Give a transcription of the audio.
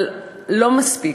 אבל לא מספיק,